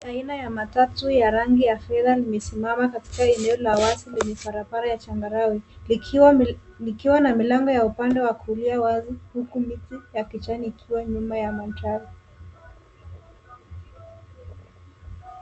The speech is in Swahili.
Aina ya matatu ya rangi ya fedha limesimama katika eneo la wazi lenye barabara ya changarawe likiwa na milango ya upande wa kulia wazi huku miti ya kijani ikiwa nyuma ya manjano.